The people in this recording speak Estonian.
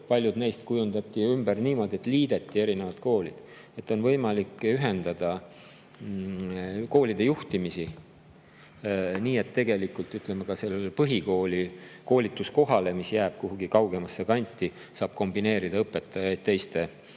paljud neist kujundati ümber niimoodi, et liideti erinevad koolid. On võimalik ühendada koolide juhtimist nii, et tegelikult selle põhikooli koolituskohas, mis jääb kuhugi kaugemasse kanti, saab kombineerida õpetajaid ja